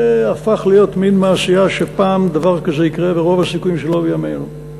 זה הפך להיות מין מעשייה שפעם דבר כזה יקרה ורוב הסיכויים שלא בימינו.